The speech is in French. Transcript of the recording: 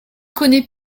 connait